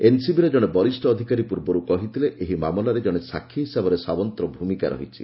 ଏନ୍ସିବିର ଜଣେ ବରିଷ ଅଧିକାରୀ ପୂର୍ବରୁ କହିଥିଲେ ଏହି ମାମଲାରେ କଣେ ସାକ୍ଷୀ ହିସାବରେ ସାଓ୍ୱନ୍ତ୍ର ଭୂମିକା ରହିଛି